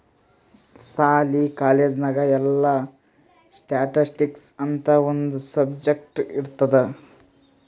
ಸಾಲಿ, ಕಾಲೇಜ್ ನಾಗ್ ಎಲ್ಲಾ ಸ್ಟ್ಯಾಟಿಸ್ಟಿಕ್ಸ್ ಅಂತ್ ಒಂದ್ ಸಬ್ಜೆಕ್ಟ್ ಇರ್ತುದ್